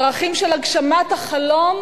ערכים של הגשמת החלום,